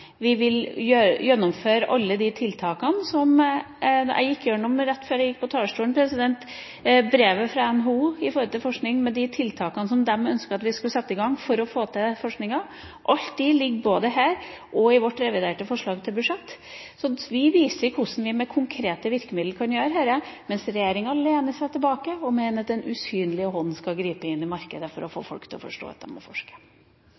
vi vil gjennomføre alle de tiltakene jeg gikk igjennom rett før jeg gikk på talerstolen, og vi har brevet fra NHO om forskning, med de tiltak de ønsker vi skal sette i gang for å få til forskninga. Alt dette ligger både her og i vårt reviderte forslag til budsjett, så vi viser hvordan vi med konkrete virkemidler kan gjøre dette, mens regjeringa lener seg tilbake og mener at en usynlig hånd skal gripe inn i markedet for å få folk til å forstå at de må forske.